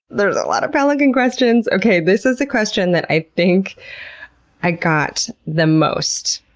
there's a lot of pelican questions. okay, this is a question that i think i got the most.